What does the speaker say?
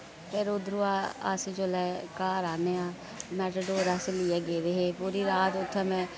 फिर उद्धरों आं अस जुल्लै घर आन्ने आं मैटाडोर अस लेइयै गेदे हे पूरी रात उत्थै मैं